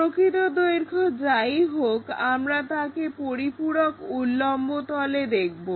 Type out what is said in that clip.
প্রকৃত দৈর্ঘ্য যাই হোক আমরা তাকে পরিপূরক উল্লম্ব তলে দেখবো